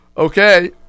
Okay